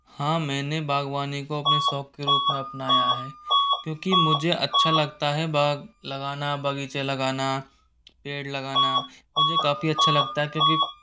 हाँ मैंने बागवानी को अपने शौक के रूप में अपनाया है क्योंकि मुझे अच्छा लगता है बाग लगाना बगीचे लगाना पेड़ लगाना मुझे काफ़ी अच्छा लगता है क्योंकि